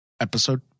episode